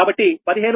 కాబట్టి 15